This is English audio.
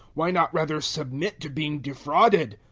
why not rather submit to being defrauded?